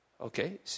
Okay